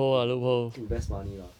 to invest money lah